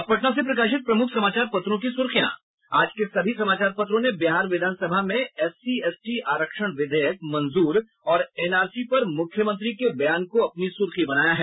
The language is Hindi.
अब पटना से प्रकाशित प्रमुख समाचार पत्रों की सुर्खियां आज के सभी समाचार पत्रों ने बिहार विधानसभा में एससी एसटी आरक्षण विधेयक मंजूर और एनआरसी पर मुख्यमंत्री के बयान को अपनी सुर्खी बनायी है